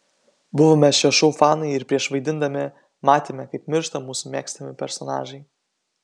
buvome šio šou fanai ir prieš vaidindami matėme kaip miršta mūsų mėgstami personažai